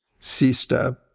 CSTEP